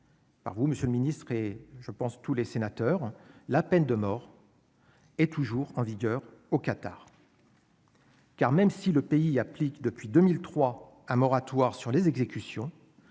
monsieur le ministre et je pense tous les sénateurs, la peine de mort. Et toujours en vigueur au Qatar. Car même si le pays applique depuis 2003 un moratoire sur les exécutions